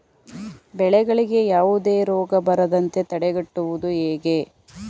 ಬೆಳೆಗಳಿಗೆ ಯಾವುದೇ ರೋಗ ಬರದಂತೆ ತಡೆಗಟ್ಟುವುದು ಹೇಗೆ?